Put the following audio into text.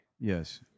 Yes